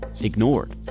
ignored